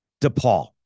DePaul